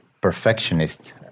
perfectionist